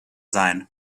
sein